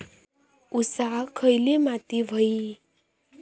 ऊसाक खयली माती व्हयी?